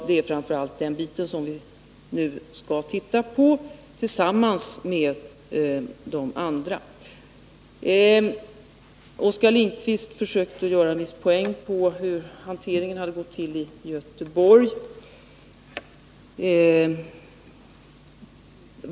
Det är framför allt den biten som vi nu skall granska tillsammans med de andra bitarna. Oskar Lindkvist försökte ta poäng på hur hanteringen hade gått till i Göteborg.